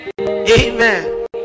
amen